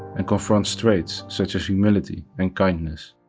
and confronts traits such as humility and kindness.